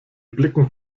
blicken